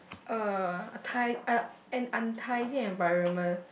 uh a tie a an untidy environment